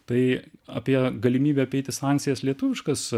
tai apie galimybę apeiti sankcijas lietuviškas